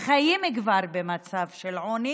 החיים כבר במצב של עוני